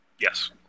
Yes